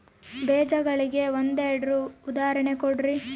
ಬೇಜಗಳಿಗೆ ಒಂದೆರಡು ಉದಾಹರಣೆ ಕೊಡ್ರಿ?